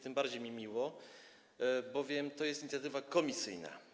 Tym bardziej jest mi miło, bowiem to jest inicjatywa komisyjna.